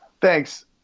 Thanks